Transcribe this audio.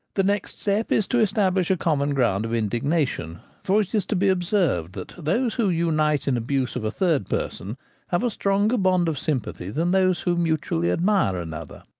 the next step is to establish a common ground of indignation for it is to be observed that those who unite in abuse of a third person have a stronger bond of sympathy than those who mutually admire another.